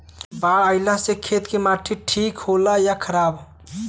बाढ़ अईला से खेत के माटी ठीक होला या खराब?